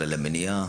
אלא למניעה.